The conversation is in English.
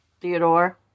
Theodore